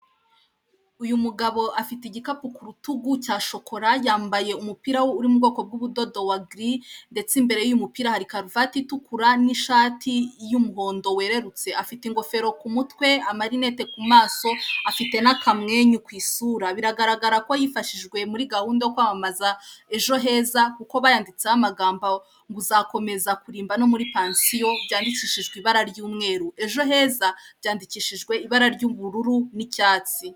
Uyu mugabo afite igikapu ku rutugu cya shokora yambaye umupira uri mu bwoko bw'ubudodo wa giri ndetse imbere y'umupira hari karuvati itukura n'ishati y'umuhondo wererutse, afite ingofero ku mutwe, amarinete ku maso afite n'akamwenyu ku isura. Biragaragara ko yifashijwe muri gahunda yo kwamamaza "ejo heza" kuko bayanditseho amagambo ngo "uzakomeza kurimba no muri pansiyo." byandikishijwe ibara ry'umweru, "ejo heza" byandikishijwe ibara ry'ubururu n'icyatsi.